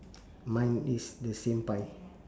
mine is the same pie